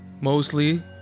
Mostly